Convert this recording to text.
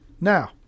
Now